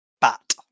bat